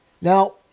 Now